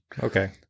Okay